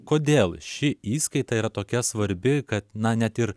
kodėl ši įskaita yra tokia svarbi kad na net ir